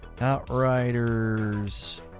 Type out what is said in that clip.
Outriders